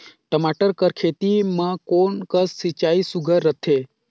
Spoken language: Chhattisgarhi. टमाटर कर खेती म कोन कस सिंचाई सुघ्घर रथे?